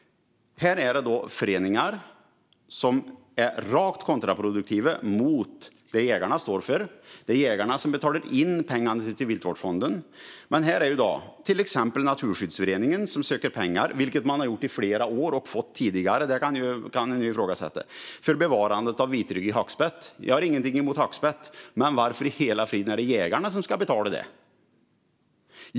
Här är det då fråga om föreningar som är rakt kontraproduktiva mot det som jägarna står för. Men det är jägarna som betalar in pengarna till Viltvårdsfonden. Det är till exempel Naturskyddsföreningen som söker pengar för bevarandet av vitryggig hackspett, vilket man har gjort i flera år och fått tidigare. Det kan ifrågasättas. Jag har ingenting emot hackspett. Men varför i hela friden är det jägarna som ska betala för det?